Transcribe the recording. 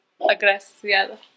Agradecido